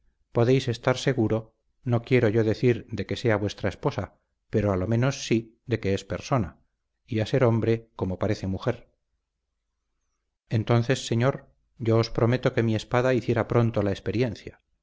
podéis estar seguro no quiero yo decir de que sea vuestra esposa pero a lo menos sí de que es persona y a ser hombre como parece mujer entonces señor yo os prometo que mi espada hiciera pronto la experiencia